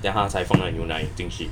then 他才放牛奶进去